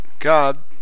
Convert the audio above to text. God